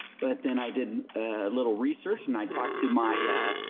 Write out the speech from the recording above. but then i did a little research and i talked to my, ah,